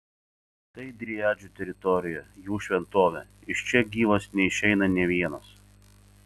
tai driadžių teritorija jų šventovė iš čia gyvas neišeina nė vienas